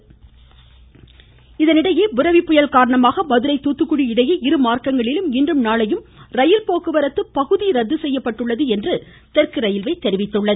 Madurai rail ரத்து இதனிடையே புரெவி புயல் காரணமாக மதுரை தூத்துக்குடி இடையே இருமார்க்கங்களிலும் இன்றும் நாளையும் ரயில் போக்குவரத்து பகுதியாக ரத்து செய்யப்பட்டுள்ளது என்று தெற்கு ரயில்வே தெரிவித்துள்ளது